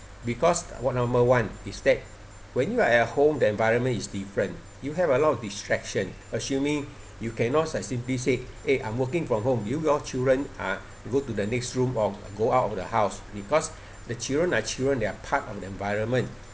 because what number one is that when you are at home the environment is different you have a lot of distraction assuming you cannot simply say eh I'm working from home you your children uh go to the next room or go out of the house because the children are children they are part of the environment